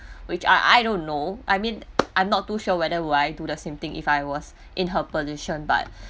which I I don't know I mean I'm not too sure whether will I do the same thing if I was in her position but